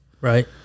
Right